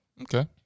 okay